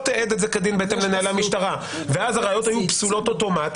תיעד את זה כדין בהתאם לנהלי המשטרה אז הראיות היו פסולות אוטומטית,